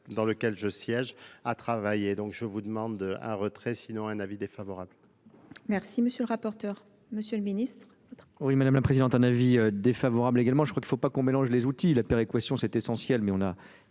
dans lequel je siège à travailler. Donc, Donc, je vous demande un retrait, sinon un avis défavorable. M. le rapporteur, le ministre, oui, Mᵐᵉ la Présidente, un avis défavorable également, je crois qu'il faut pas qu'on mélange les outils. La La péréquation, c'est essentielle mais on a